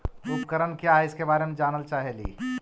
उपकरण क्या है इसके बारे मे जानल चाहेली?